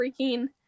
freaking